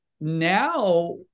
now